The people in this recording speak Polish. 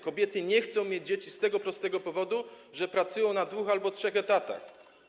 Kobiety nie chcą mieć dzieci z tego prostego powodu, że pracują na dwóch albo trzech etatach.